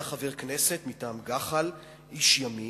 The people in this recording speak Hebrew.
היה חבר כנסת מטעם גח"ל, איש ימין,